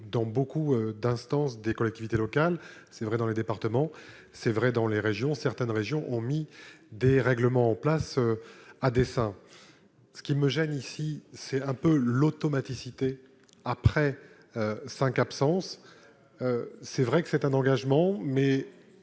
dans beaucoup d'instances des collectivités locales, c'est vrai dans le département, c'est vrai dans les régions, certaines régions ont mis des règlements en place à dessein, ce qui me gêne, ici, c'est un peu l'automaticité après 5 absence c'est vrai que c'est un engagement mais